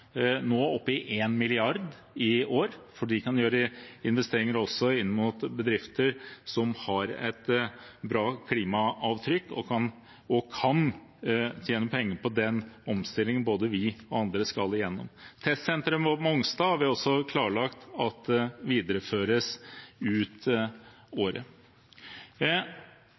i bedrifter som har et bra klimaavtrykk og kan tjene penger på den omstillingen både vi og andre skal igjennom. Vi har også klarlagt at testsenteret på Mongstad videreføres ut året.